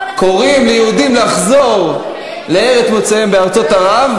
קוראים ליהודים לחזור לארץ מוצאם בארצות ערב,